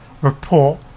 report